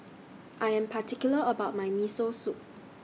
I Am particular about My Miso Soup